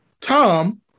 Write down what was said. Tom